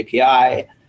API